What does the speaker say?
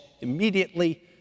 immediately